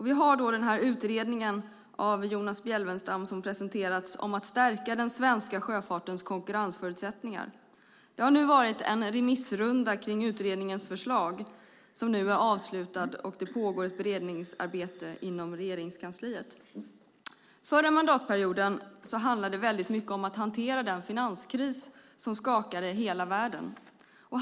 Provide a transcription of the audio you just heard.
Vi har den utredning av Jonas Bjelfvenstam om att stärka den svenska sjöfartens konkurrensförutsättningar som har presenterats. Det har varit en remissrunda kring utredningens förslag som nu är avslutad, och det pågår ett beredningsarbete inom Regeringskansliet. Förra mandatperioden handlade det väldigt mycket om att hantera den finanskris som skakade hela världen.